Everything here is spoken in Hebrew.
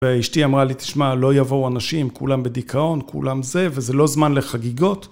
ואשתי אמרה לי, תשמע, לא יבואו אנשים, כולם בדיכאון, כולם זה, וזה לא זמן לחגיגות.